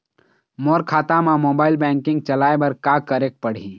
मोर खाता मा mobile banking चलाए बर का करेक पड़ही?